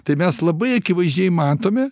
tai mes labai akivaizdžiai matome